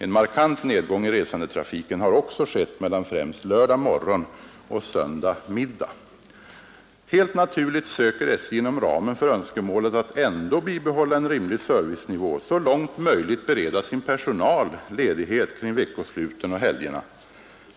En markant nedgång i resandetrafiken har också skett mellan främst lördag morgon och söndag middag. Helt naturligt söker SJ inom ramen för önskemålet att ändå bibehålla en rimlig servicenivå så långt möjligt bereda sin personal ledighet kring veckosluten och helgerna.